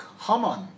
Haman